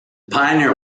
pioneer